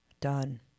Done